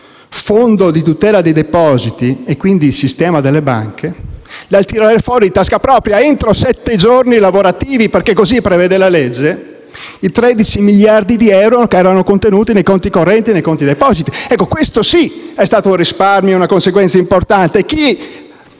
di tutela dei depositi e, quindi, il sistema delle banche dal tirare fuori di tasca propria entro sette giorni lavorativi, perché così prevede la legge, i 13 miliardi contenuti nei conti correnti e conti depositi. Questo sì è stato un risparmio, una conseguenza importante.